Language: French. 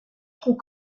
trop